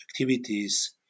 activities